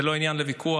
זה לא עניין לוויכוח.